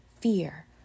fear